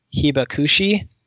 hibakushi